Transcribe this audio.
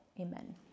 Amen